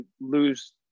lose